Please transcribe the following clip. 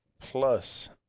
plus